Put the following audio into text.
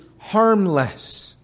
harmless